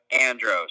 Andros